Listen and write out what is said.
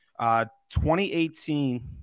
2018